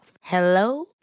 Hello